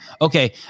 Okay